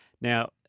Now